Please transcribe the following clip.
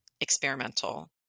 experimental